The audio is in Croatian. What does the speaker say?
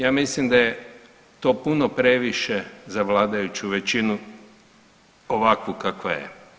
Ja mislim da je to puno previše za vladajuću većinu ovakvu kakva je.